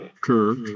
Kirk